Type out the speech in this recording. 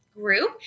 group